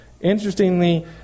Interestingly